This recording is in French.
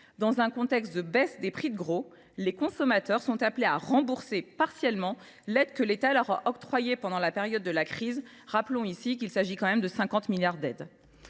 Dans un contexte de baisse des prix de gros, les consommateurs sont appelés à rembourser partiellement l’aide que l’État leur a octroyée pendant la crise. Rappelons ici qu’il y va tout de même de 50 milliards d’euros…